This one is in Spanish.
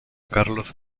carlos